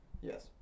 Yes